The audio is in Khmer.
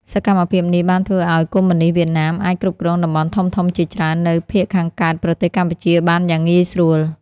សកម្មភាពនេះបានធ្វើឱ្យកុម្មុយនិស្តវៀតណាមអាចគ្រប់គ្រងតំបន់ធំៗជាច្រើននៅភាគខាងកើតប្រទេសកម្ពុជាបានយ៉ាងងាយស្រួល។